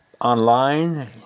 online